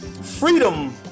freedom